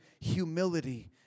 humility